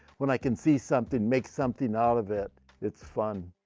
when i can see something, make something out of it, it's fun.